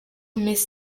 miss